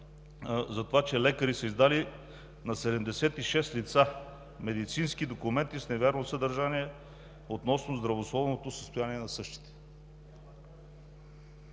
за това, че лекари са издали на 76 лица медицински документи с невярно съдържание относно здравословното състояние на същите.